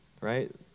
right